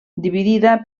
dividida